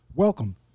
Welcome